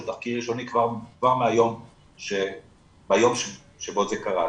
תחקיר ראשוני כבר מהיום שבו זה קרה,